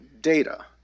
data